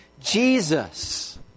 Jesus